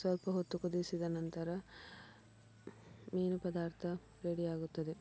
ಸ್ವಲ್ಪ ಹೊತ್ತು ಕುದಿಸಿದ ನಂತರ ಮೀನು ಪದಾರ್ಥ ರೆಡಿ ಆಗುತ್ತದೆ